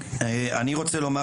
אני רוצה לומר,